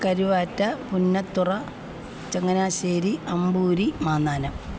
Karuvatta Punnathura Changanassery Amboori Mannanam